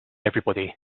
everybody